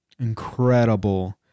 incredible